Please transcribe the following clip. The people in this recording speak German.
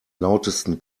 lautesten